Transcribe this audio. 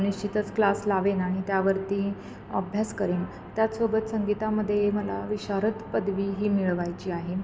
निश्चितच क्लास लावेन आणि त्यावरती अभ्यास करेन त्याचसोबत संगीतामध्ये मला विशारद पदवी ही मिळवायची आहे